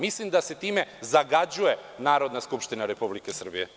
Mislim da se time zagađuje Narodna skupština Republike Srbije.